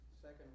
second